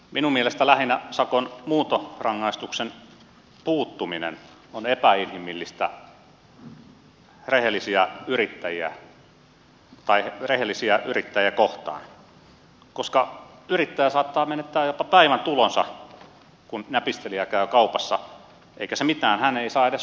minun mielestäni lähinnä sakon muuntorangaistuksen puuttuminen on epäinhimillistä rehellisiä yrittäjiä kohtaan koska yrittäjä saattaa menettää jopa päivän tulonsa kun näpistelijä käy kaupassa eikä se mitään hän ei saa edes oikeutta koska sakkoa ei ole pakko maksaa